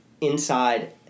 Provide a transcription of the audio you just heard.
inside